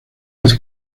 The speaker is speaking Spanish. vez